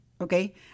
Okay